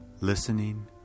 Listening